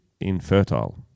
infertile